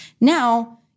now